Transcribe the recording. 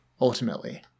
ultimately